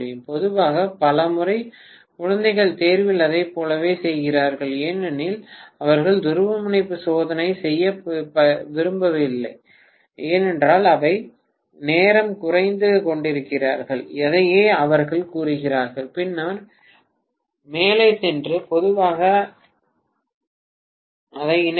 பொதுவாக பல முறை குழந்தைகள் தேர்வில் அதைப் போலவே செய்கிறார்கள் ஏனெனில் அவர்கள் துருவமுனைப்பு சோதனை செய்ய விரும்பவில்லை ஏனென்றால் அவர்கள் நேரம் குறைந்து கொண்டிருக்கிறார்கள் அதையே அவர்கள் கூறுகிறார்கள் பின்னர் மேலே சென்று பொதுவாக அதை இணைக்கவும்